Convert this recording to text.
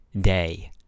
day